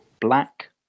black